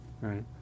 Right